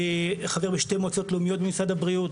חבר בשתי מועצות לאומיות במשרד הבריאות,